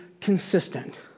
consistent